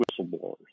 whistleblowers